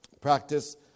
practice